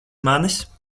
manis